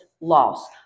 loss